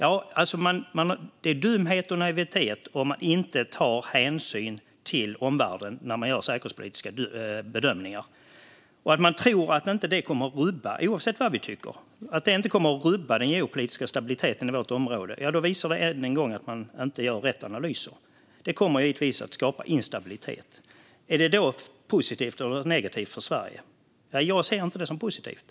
Det är dumhet och naivitet om man inte tar hänsyn till omvärlden när man gör säkerhetspolitiska bedömningar. Att man tror att det inte kommer att rubba - oavsett vad vi tycker - den geopolitiska stabiliteten i vårt område visar än en gång att man inte gör rätt analyser. Det kommer givetvis att skapa instabilitet. Är det då positivt eller negativt för Sverige? Jag ser inte det som positivt.